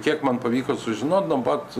kiek man pavyko sužinot nuo pat